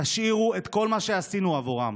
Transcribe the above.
תשאירו את כל מה שעשינו עבורם.